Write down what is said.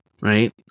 right